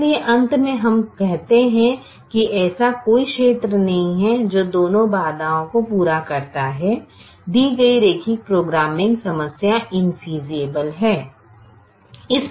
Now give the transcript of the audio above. इसलिए अंत में हम कहते हैं कि ऐसा कोई क्षेत्र नहीं है जो दोनों बाधाओं को पूरा करता है दी गई रैखिक प्रोग्रामिंग समस्या इनफेयसिबल है